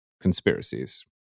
conspiracies